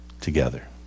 together